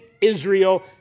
Israel